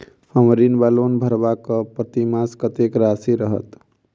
हम्मर ऋण वा लोन भरबाक प्रतिमास कत्तेक राशि रहत?